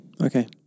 Okay